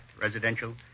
residential